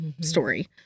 story